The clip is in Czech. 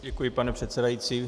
Děkuji, pane předsedající.